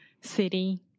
city